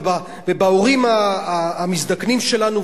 ובהורים המזדקנים שלנו,